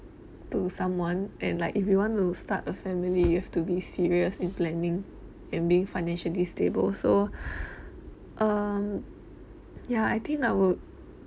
to someone and like if you want to start a family you have to be serious and planning and being financially stable so um ya I think I would